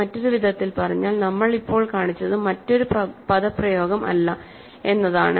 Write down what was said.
മറ്റൊരു വിധത്തിൽ പറഞ്ഞാൽനമ്മൾ ഇപ്പോൾ കാണിച്ചത് മറ്റൊരു പദപ്രയോഗം ഇല്ല എന്നതാണ്